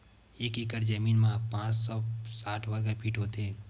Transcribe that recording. एक एकड़ जमीन मा पांच सौ साठ वर्ग फीट होथे